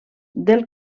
del